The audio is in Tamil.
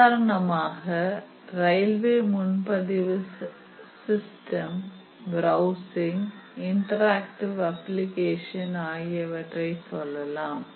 உதாரணமாக ரயில்வே முன்பதிவு சிஸ்டம் பிரவுசிங் இன்டராக்டிவே அப்பிளிகேஷன் ஆகியவற்றைச் சொல்லலாம்